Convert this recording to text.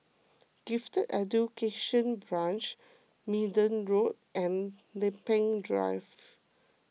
Gifted Education Branch Minden Road and Lempeng Drive